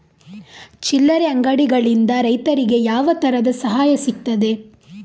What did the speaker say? ಚಿಲ್ಲರೆ ಅಂಗಡಿಗಳಿಂದ ರೈತರಿಗೆ ಯಾವ ತರದ ಸಹಾಯ ಸಿಗ್ತದೆ?